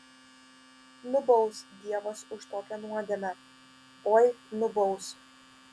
nubaus dievas už tokią nuodėmę oi nubaus